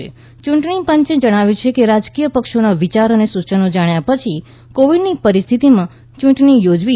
યૂંટણી પંચે જણાવ્યું છે કે રાજકીય પક્ષોના વિચારો અને સૂચનો જાણ્યા પછી કોવિડની પરિસ્થિતિમાં ચૂંટણી યોજવી